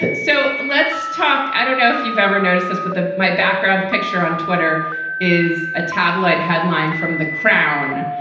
but so let's talk. i don't know if you've ever noticed this, but my background picture on twitter is a tabloid headline from the crown,